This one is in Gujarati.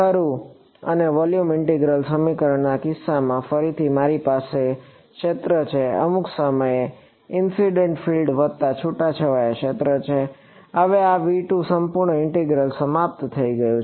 ખરું અને વોલ્યુમ ઇન્ટિગ્રલ સમીકરણના કિસ્સામાં ફરીથી મારી પાસે ક્ષેત્ર છે અમુક સમયે ઇનસિડેન્ટ ફિલ્ડ વત્તા છૂટાછવાયા ક્ષેત્ર છે હવે આ સંપૂર્ણ ઇન્ટિગ્રલ સમાપ્ત થઈ ગયું છે